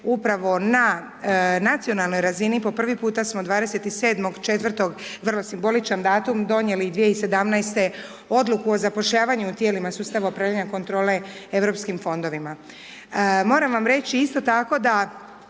Upravo na Nacionalnoj razini po prvi puta smo 27.4., vrlo simboličan datum, donijeli i 2017.-te odluku o zapošljavanju u tijelima Sustava upravljanja kontrole Europskim fondovima. Moram vam reći isto tako da,